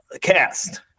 cast